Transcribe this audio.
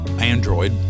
android